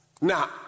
Now